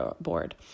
board